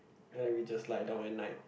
and then we just lie down at night